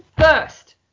first